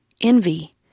envy